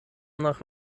nach